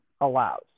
allows